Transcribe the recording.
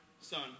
Son